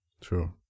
True